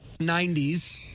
90s